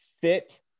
Fit